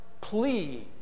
plea